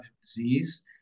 disease